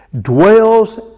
Dwells